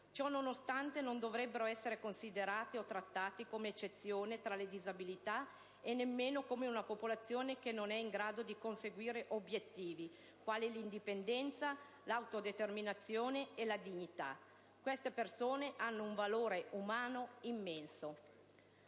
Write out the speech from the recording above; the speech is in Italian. Ciò nonostante, non dovrebbero essere considerate o trattate come un'eccezione tra le disabilità e nemmeno come una popolazione che non è in grado di conseguire obiettivi quali l'indipendenza, l'autodeterminazione e la dignità. Queste persone hanno un valore umano immenso.